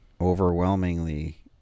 overwhelmingly